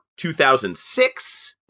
2006